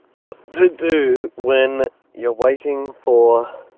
what to do when you're waiting for